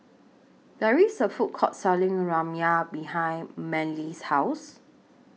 There IS A Food Court Selling Ramyeon behind Manley's House